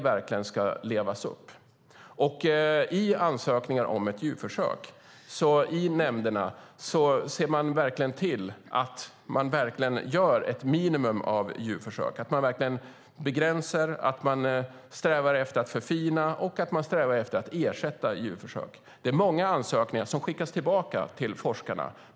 När nämnderna bedömer en ansökning om djurförsök tittar de på att man verkligen gör ett minimum av djurförsök, att man begränsar dem och strävar efter att ersätta och förfina dem. Det är många ansökningar som skickas tillbaka till forskarna.